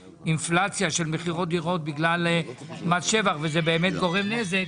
אינפלציה של מכירות דירות בגלל מס שבח וזה באמת גורם נזק,